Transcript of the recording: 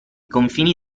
confini